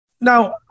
Now